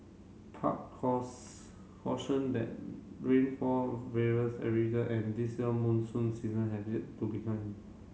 PUB cause cautioned that rainfall various every year and this year monsoon season has yet to began